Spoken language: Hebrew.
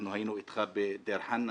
אנחנו היינו איתך בדיר חנא,